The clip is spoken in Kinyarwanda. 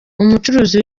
umucuruzi